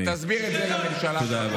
תסביר את זה קודם כול לממשלה שלך.